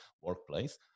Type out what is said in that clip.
workplace